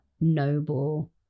noble